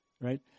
right